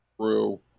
True